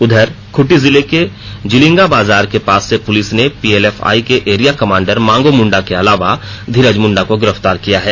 उधर खंटी जिले के जिलींगा बाजार के पास से पुलिस ने पीएलएफआई के एरिया कमांडर मांगो मुंडा के अलावा धीरज मुंडा को गिरफ्तार किया है